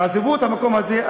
תעזבו את המקום הזה,